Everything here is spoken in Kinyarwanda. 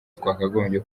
twakagombye